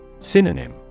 synonym